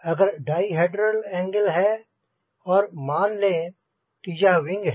अगर dihedral angle है और मान लें कि यह विंग है